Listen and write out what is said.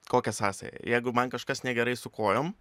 kokia sąsaja jeigu man kažkas negerai su kojom